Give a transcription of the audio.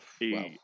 Wow